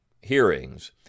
hearings